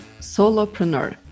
solopreneur